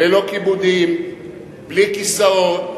בלא כיבודים, בלי כיסאות,